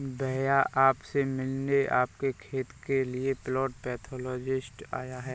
भैया आप से मिलने आपके खेत के लिए प्लांट पैथोलॉजिस्ट आया है